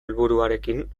helburuarekin